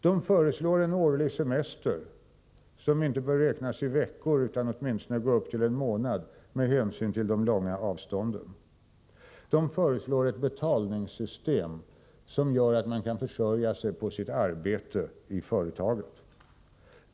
De föreslår en årlig semester, som inte bör räknas i veckor utan åtminstone gå upp till en månad, med hänsyn till de långa avstånden. De föreslår ett betalningssystem som gör att man kan försörja sig på sitt arbete i företaget.